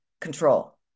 Control